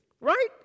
right